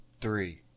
three